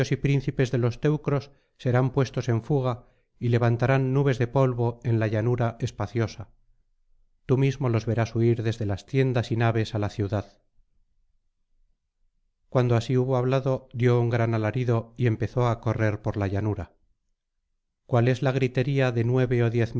príncipes de los teucros serán puestos en fuga y levantarán nubes de polvo en la llanura espaciosa tú mismo los verás huir desde las tiendas y naves ala ciudad cuando así hubo hablado dio un gran alarido y empezó á correr por la llanura cual es la gritería de nueve ó diez